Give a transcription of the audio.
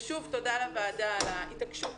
ושוב, תודה לוועדה על ההתעקשות